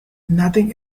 nothing